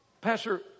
Pastor